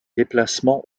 déplacements